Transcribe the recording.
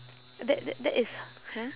that that that is !huh!